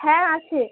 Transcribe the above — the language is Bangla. হ্যাঁ আছে